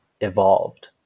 evolved